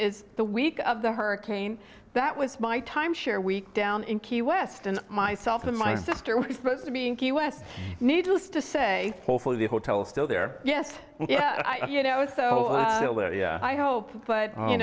is the week of the hurricane that was my timeshare week down in key west and myself and my sister were supposed to be in key west needless to say hopefully the hotel is still there yes i you know so i hope but you